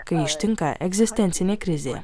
kai ištinka egzistencinė krizė